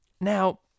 Now